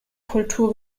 kultur